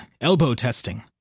elbow-testing